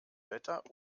wetter